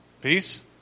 Peace